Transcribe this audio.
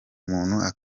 umuntu